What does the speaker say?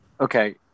Okay